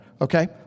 okay